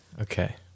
Okay